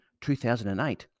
2008